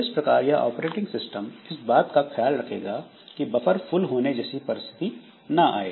इस प्रकार यह ऑपरेटिंग सिस्टम इस बात का ख्याल रखेगा की बफर फुल होने जैसी परिस्थिति ना आए